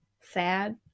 sad